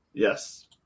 Yes